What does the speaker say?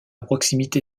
proximité